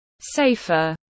safer